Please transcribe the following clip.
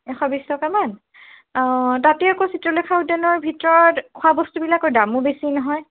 এশ বিশ টকা মান অঁ তাতে আকৌ চিত্ৰলেখা উদ্যানৰ ভিতৰত খোৱা বস্তু বিলাকৰ দামো বেছি নহয়